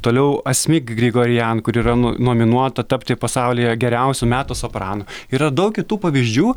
toliau asmik grigorian kuri yra no nominuota tapti pasaulyje geriausiu metų sopranu yra daug kitų pavyzdžių